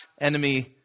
enemy